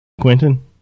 Quentin